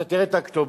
אתה תראה את הכתובות,